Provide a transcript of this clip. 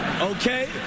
Okay